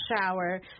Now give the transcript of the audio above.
shower